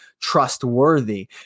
trustworthy